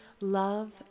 love